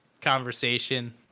conversation